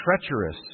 Treacherous